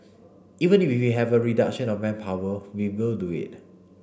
even we have a reduction of manpower we will do it